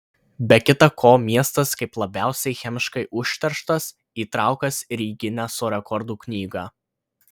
be kitą ko miestas kaip labiausiai chemiškai užterštas įtraukas ir į gineso rekordų knygą